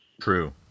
True